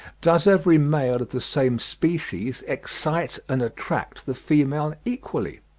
does every male of the same species excite and attract the female equally?